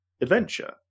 adventure